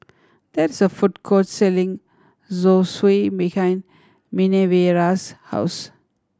there is a food court selling Zosui behind Minervia's house